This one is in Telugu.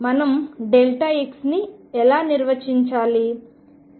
మనం x ని ఎలా నిర్వచించాలి